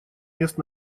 мест